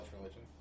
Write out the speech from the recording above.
religion